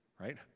right